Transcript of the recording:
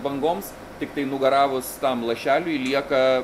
bangoms tiktai nugaravus tam lašeliui lieka